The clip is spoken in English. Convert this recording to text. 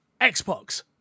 Xbox